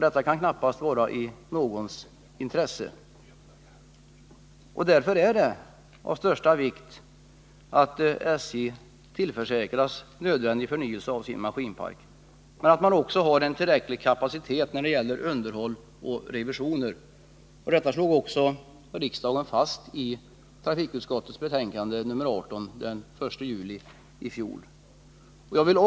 Det kan knappast vara i någons intresse. Därför är det av största vikt att SJ tillförsäkras nödvändig förnyelse av sin maskinpark och att man har tillräcklig kapacitet när det gäller underhåll och revisioner. Detta slog riksdagen också fast med anledning av trafikutskottets betänkande 1978/ 79:18, som behandlades i kammaren den 1 juni i fjol.